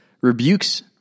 rebukes